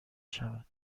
شود